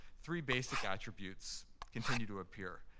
three basic attributes continue to appear.